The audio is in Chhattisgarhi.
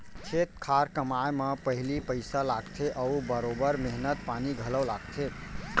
खेत खार कमाए म पहिली पइसा लागथे अउ बरोबर मेहनत पानी घलौ लागथे